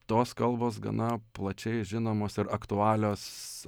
tos kalbos gana plačiai žinomos ir aktualios